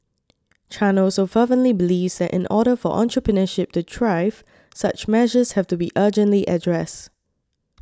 Chan also fervently believes that in order for entrepreneurship to thrive such measures have to be urgently addressed